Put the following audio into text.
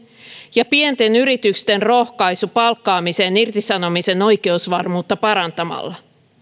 ja pienten yritysten rohkaiseminen palkkaamiseen irtisanomisen oikeusvarmuutta parantamalla